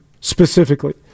specifically